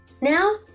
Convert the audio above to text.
Now